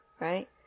right